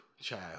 child